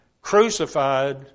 crucified